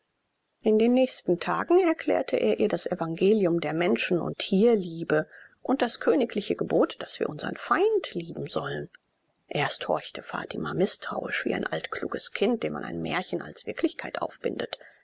in den nächsten tagen erklärte er ihr das evangelium der menschen und tierliebe und das königliche gebot daß wir unsern feind lieben sollen erst horchte fatima mißtrauisch wie ein altkluges kind dem man ein märchen als wirklichkeit aufbindet